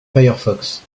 firefox